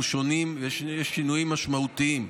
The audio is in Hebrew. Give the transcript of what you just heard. ויש שינויים משמעותיים.